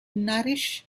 nourish